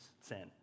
sin